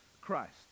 Christ